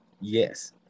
Yes